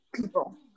people